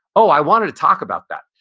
oh, i want to talk about that.